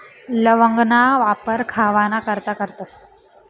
लवंगना वापर खावाना करता करतस